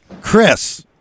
Chris